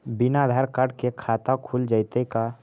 बिना आधार कार्ड के खाता खुल जइतै का?